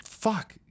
Fuck